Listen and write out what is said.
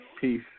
Peace